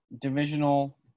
divisional